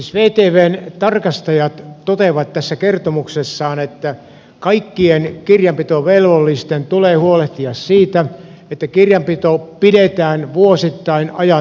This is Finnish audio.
siis vtvn tarkastajat toteavat tässä kertomuksessaan että kaikkien kirjanpitovelvollisten tulee huolehtia siitä että kirjanpito pidetään vuosittain ajan tasalla